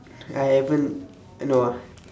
I haven't no ah